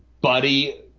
buddy